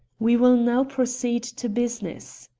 we will now proceed to business.